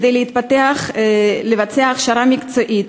כדי להתפתח, לבצע הכשרה מקצועית.